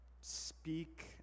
speak